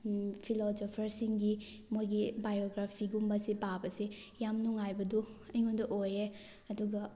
ꯐꯤꯂꯣꯖꯣꯐꯔꯁꯤꯡꯒꯤ ꯃꯣꯏꯒꯤ ꯕꯥꯏꯑꯣꯒ꯭ꯔꯥꯐꯤꯒꯨꯝꯕꯁꯤ ꯄꯥꯕꯁꯤ ꯌꯥꯝ ꯅꯨꯡꯉꯥꯏꯕꯗꯨ ꯑꯩꯉꯣꯟꯗ ꯑꯣꯏꯌꯦ ꯑꯗꯨꯒ